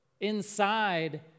inside